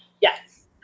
Yes